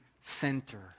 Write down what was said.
center